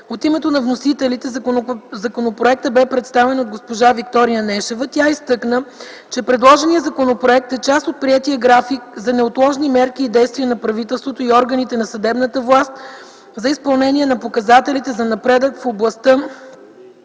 От името на вносителите законопроектът бе представен от госпожа Виктория Нешева. Тя изтъкна, че предложеният законопроект е част от приетия график на неотложните мерки и действия на правителството и органите на съдебната власт за изпълнение на показателите за напредък в областта